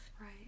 Right